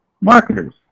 marketers